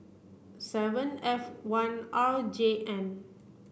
seven F one R J N